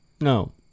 No